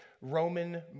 Roman